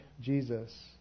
Jesus